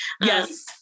Yes